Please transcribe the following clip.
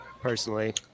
personally